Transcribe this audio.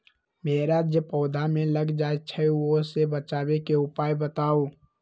भेरा जे पौधा में लग जाइछई ओ से बचाबे के उपाय बताऊँ?